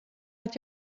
att